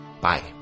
Bye